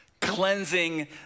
cleansing